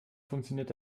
funktioniert